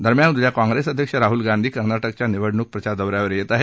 दरम्यान उद्या काँग्रेस अध्यक्ष राह्ल गांधी कर्नाटकाच्या निवडणूक प्रचार दौ यावर येत आहेत